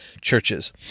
churches